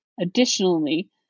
Additionally